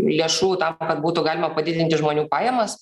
lėšų tam kad būtų galima padidinti žmonių pajamas